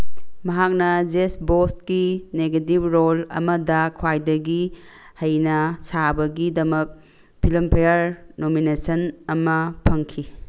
ꯃꯍꯥꯛꯅ ꯖꯦꯁ ꯕꯣꯁꯀꯤ ꯅꯦꯒꯦꯇꯤꯞ ꯔꯣꯜ ꯑꯃꯗ ꯈ꯭ꯋꯥꯏꯗꯒꯤ ꯍꯩꯅ ꯁꯥꯕꯒꯤꯗꯃꯛ ꯐꯤꯂꯝꯐꯦꯌꯔ ꯅꯣꯃꯤꯅꯦꯁꯟ ꯑꯃ ꯐꯪꯈꯤ